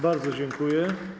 Bardzo dziękuję.